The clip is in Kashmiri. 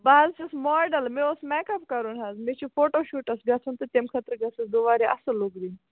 بہٕ حظ چھَس ماڈَل مےٚ اوس میک اَپ کَرُن حظ مےٚ چھُ فوٹوٗ شوٗٹَس گژھُن تہٕ تَمہِ خٲطرٕ گٔژھٕس بہٕ واریاہ اَصٕل لُک دِنۍ